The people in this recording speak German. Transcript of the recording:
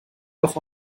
doch